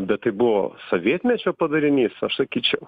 bet tai buvo sovietmečio padarinys aš sakyčiau